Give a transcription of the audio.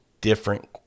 different